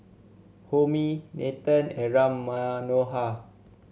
Homi Nathan and Ram Manohar